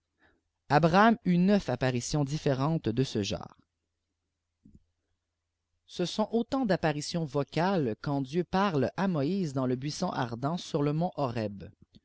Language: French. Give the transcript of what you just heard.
appauitions différentes de ce enre ce sont aufemt d'apparitions vocales quand dieu parle à moïse dwsl buisson ardept sui le mont